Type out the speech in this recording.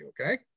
Okay